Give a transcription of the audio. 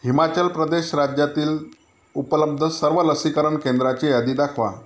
हिमाचल प्रदेश राज्यातील उपलब्ध सर्व लसीकरण केंद्राची यादी दाखवा